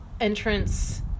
Entrance